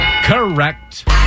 Correct